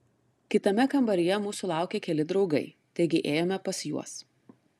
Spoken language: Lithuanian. kitame kambaryje mūsų laukė keli draugai taigi ėjome pas juos